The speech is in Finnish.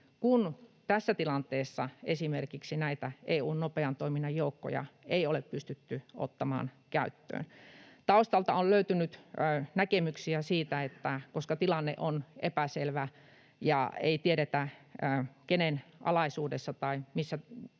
kun tässä tilanteessa esimerkiksi EU:n nopean toiminnan joukkoja ei ole pystytty ottamaan käyttöön. Taustalta on löytynyt näkemyksiä, että tilanne on epäselvä ja ei tiedetä, kenen alaisuudessa tai